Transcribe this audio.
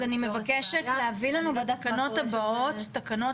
אז אני מבקשת להביא לנו בתקנות הבאות תקנות